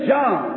John